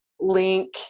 link